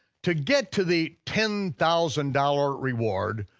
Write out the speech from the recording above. to get to the ten thousand dollars reward,